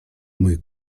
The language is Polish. mój